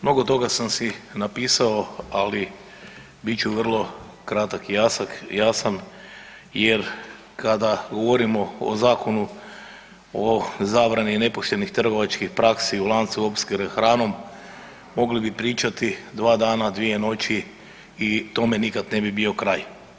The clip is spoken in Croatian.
Mnogo toga sam si napisao, ali bit ću vrlo kratak i jasan jer kada govorimo o Zakonu o zabrani nepoštenih trgovačkih praksi u lancu opskrbe hranom mogli bi pričati 2 dana, 2 noći i tome nikad ne bi bio kraj.